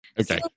Okay